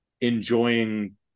enjoying